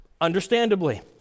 understandably